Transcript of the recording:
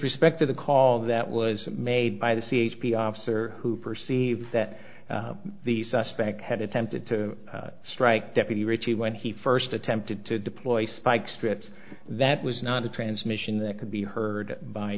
respect to the call that was made by the c h p officer who perceives that the suspect had attempted to strike deputy richie when he first attempted to deploy spike strips that was not a transmission that could be heard by